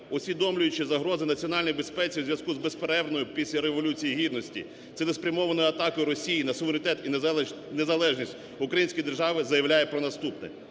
усвідомлюючи загрози Національній безпеці у зв'язку з безперервною, після Революції Гідності, цілеспрямованої атаки Росії на суверенітет і незалежність української держави заявляє про наступне.